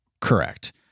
Correct